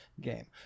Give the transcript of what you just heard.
game